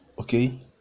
okay